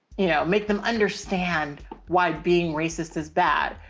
you know, make them understand why being racist is bad.